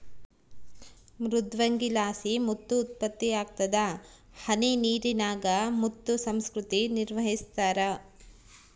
ಮೃದ್ವಂಗಿಲಾಸಿ ಮುತ್ತು ಉತ್ಪತ್ತಿಯಾಗ್ತದ ಸಿಹಿನೀರಿನಾಗ ಮುತ್ತು ಸಂಸ್ಕೃತಿ ನಿರ್ವಹಿಸ್ತಾರ